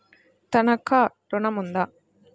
తనఖా ఋణం ఉందా?